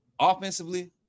Offensively